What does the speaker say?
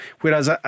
Whereas